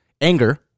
anger